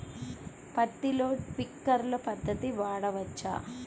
పత్తిలో ట్వింక్లర్ పద్ధతి వాడవచ్చా?